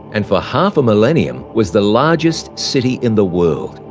and for half a millenium was the largest city in the world.